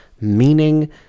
meaning